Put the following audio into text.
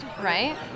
Right